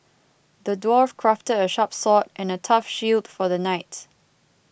the dwarf crafted a sharp sword and a tough shield for the knight